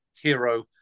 hero